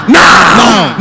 now